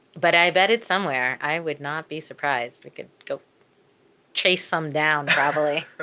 but i bet it's somewhere. i would not be surprised. we could go chase some down, probably.